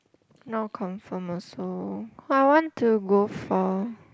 no confirm also I want to go for